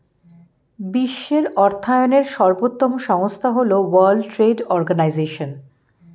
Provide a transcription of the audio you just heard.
বিশ্বের অর্থায়নের সর্বোত্তম সংস্থা হল ওয়ার্ল্ড ট্রেড অর্গানাইজশন